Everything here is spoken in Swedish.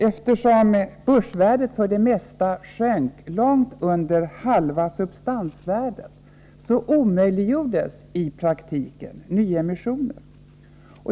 Eftersom börsvärdet för det mesta sjönk långt under halva substansvärdet omöjliggjordes i praktiken nyemissioner.